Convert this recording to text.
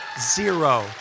zero